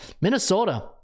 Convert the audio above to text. Minnesota